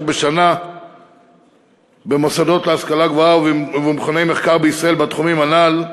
בשנה במוסדות להשכלה גבוהה ובמכוני מחקר בישראל בתחומים הנ"ל,